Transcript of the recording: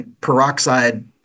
peroxide